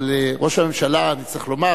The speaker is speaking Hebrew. אבל ראש הממשלה, אני צריך לומר